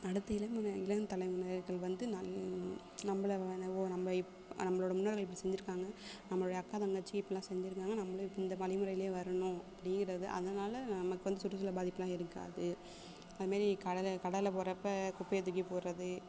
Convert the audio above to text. அடுத்த இளம்முறை இளம் தலைமுறையினர்கள் வந்து நல் நம்பளை வ நான் ஓ நம்ப இப் நம்பளோட முன்னோர்கள் இப்படி செஞ்சுருக்காங்க நம்பளுடைய அக்கா தங்கச்சி இப்படில்லாம் செஞ்சுருக்காங்க நம்பளும் இப்போ இந்த வலிமுறையிலையே வரணும் அப்படிங்குறத அதனால் நமக்கு வந்து சுற்றுச்சூழுல் பாதிப்பபெல்லாம் இருக்காது அது மாரி கடலை கடலில் போறப்போ குப்பையை தூக்கி போடுறது